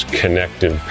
connected